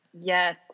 Yes